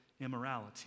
immorality